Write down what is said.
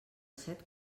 set